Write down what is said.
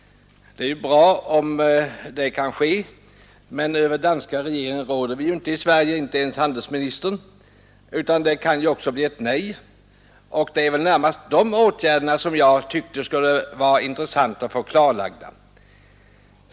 Det är bra om det kan ske, men över den danska regeringen råder vi ju inte i Sverige, inte ens handelsministern, utan det kan också bli ett nej. De åtgärder som då kommer i fråga är närmast vad jag tyckte skulle vara intressanta att få klarlagda.